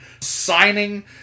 signing